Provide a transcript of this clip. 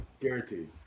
Guaranteed